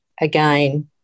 again